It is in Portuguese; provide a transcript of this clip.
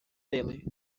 dele